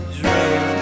dream